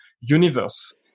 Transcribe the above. universe